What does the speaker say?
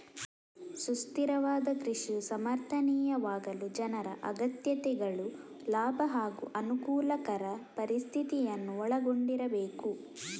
ಸುಸ್ಥಿರವಾದ ಕೃಷಿಯು ಸಮರ್ಥನೀಯವಾಗಲು ಜನರ ಅಗತ್ಯತೆಗಳು ಲಾಭ ಹಾಗೂ ಅನುಕೂಲಕರ ಪರಿಸ್ಥಿತಿಯನ್ನು ಒಳಗೊಂಡಿರಬೇಕು